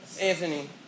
Anthony